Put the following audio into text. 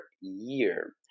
year